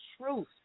truth